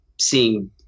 seeing